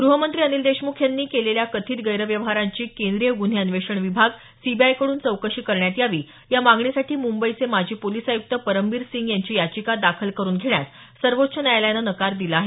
गृहमंत्री अनिल देशमुख यांनी केलेल्या कथित गैरव्यवहारांची केंद्रीय गुन्हे अन्वेषण विभाग सीबीआयकड्रन चौकशी करण्यात यावी या मागणीसाठी मंबईचे माजी पोलीस आयुक्त परमबीर सिंग यांची याचिका दाखल करुन घेण्यास सर्वोच्च न्यायालयानं नकार दिला आहे